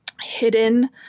hidden